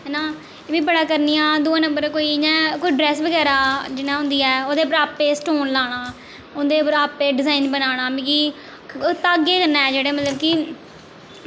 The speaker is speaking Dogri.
है ना ते में बड़ा करनी आं दूआ नंबर कोई इ'यां कोई ड्रैस बगैरा जियां होंदी ऐ ओह्दे उप्पर आपें स्टोन लाना उं'दे उप्पर आपें डिजाईन बनाना मिगी धागे कन्नै जेह्ड़ा मतलब कि